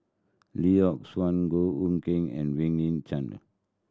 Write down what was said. Lee Yock Suan Goh Hood Keng and Wang Chunde